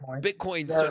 Bitcoin